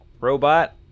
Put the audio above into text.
robot